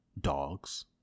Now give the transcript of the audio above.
dogs